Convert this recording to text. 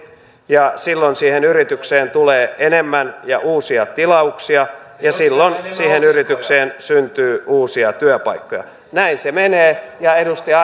ja silloin siihen yritykseen tulee enemmän ja uusia tilauksia ja silloin siihen yritykseen syntyy uusia työpaikkoja näin se menee ja edustaja